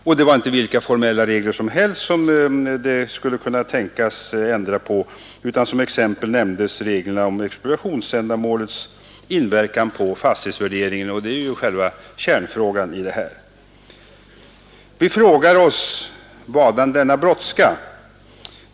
Och det var inte vilka formella regler som helst som skulle kunna bli ändrade, utan som exempel nämndes reglerna om expropriationsändamålets inverkan på fastighetsvärderingen, vilket ju är själva kärnfrågan. Vi frågar oss: Vadan denna brådska?